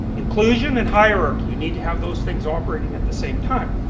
inclusion and hierarchy. you need to have those things operating at the same time.